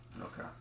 Okay